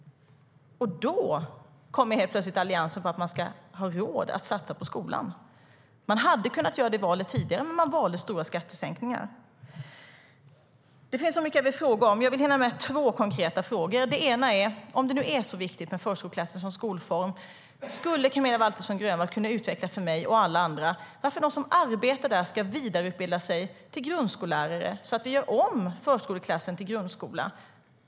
Då kommer helt plötsligt Alliansen på att man ska ha råd att satsa på skolan. Man hade kunnat göra det valet tidigare, men man valde stora skattesänkningar. Det finns mycket jag vill fråga om. Jag har två konkreta saker jag vill hinna ta upp. Det första är: Om det nu är så viktigt med förskoleklassen som skolform, skulle Camilla Waltersson Grönvall kunna utveckla för mig och alla andra varför de som arbetar där ska vidareutbilda sig till grundskollärare, så att vi gör om förskoleklassen till grundskola?